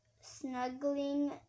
snuggling